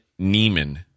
Neiman